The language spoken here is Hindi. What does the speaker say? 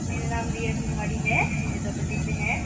मेरा नाम रिया कुमारी है हम नेता पट्टी से हैं